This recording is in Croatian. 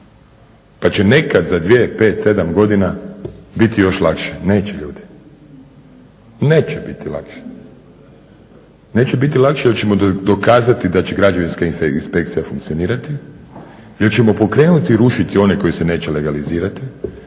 pa će nekad za 2, 5, 7 godina biti još lakše. Neće ljudi. Neće biti lakše. Neće biti lakše jer ćemo dokazati da će građevinske inspekcije funkcionirati, jer ćemo pokrenuti i rušiti one koji se neće legalizirati,